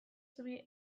zubi